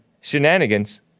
shenanigans